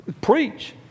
preach